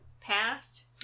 past